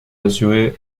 assurée